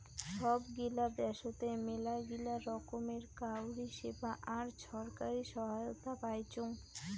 সব গিলা দ্যাশোতে মেলাগিলা রকমের কাউরী সেবা আর ছরকারি সহায়তা পাইচুং